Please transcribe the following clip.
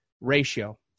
ratio